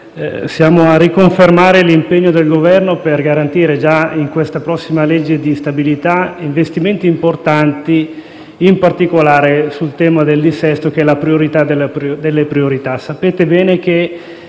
siamo a riconfermare l'impegno del Governo per garantire, già nella prossima legge di stabilità, investimenti importanti in particolare sul tema del dissesto, che è la priorità delle priorità.